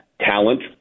talent